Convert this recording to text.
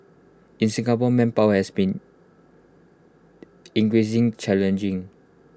in Singapore manpower has been increasing challenging